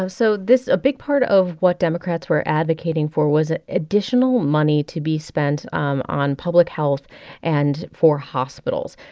so this a big part of what democrats were advocating for was ah additional money to be spent um on public health and for hospitals.